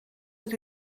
ydw